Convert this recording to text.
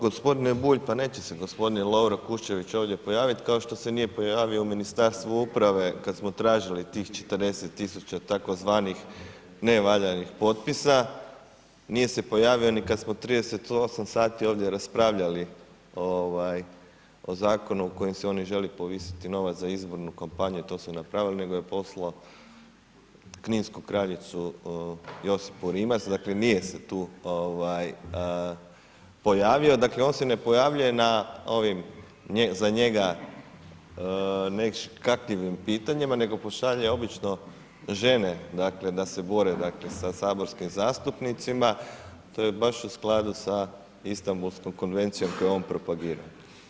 Gospodine Bulj, pa neće se gospodin Lovro Kuščević ovdje pojaviti kao što se nije pojavio u Ministarstvu uprave, kada smo tražili tih 40 tisuća, tzv. nevaljanih potpisa nije se pojavio ni kad smo 38 sati ovdje raspravljali o zakonu u kojem si oni želi povisiti novac za izbornu kampanju, to su napravili, nego je poslao kninsku kraljicu Josipu Rimac, dakle, nije se tu pojavio, dakle, on se ne pojavljuje na ovim za njega neškakljivim pitanjima, nego pošalje obično žene, dakle, da se bore, dakle, sa saborskim zastupnicima, to je baš u skladu sa Istambulskom konvencijom koju je on propagirao.